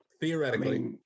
theoretically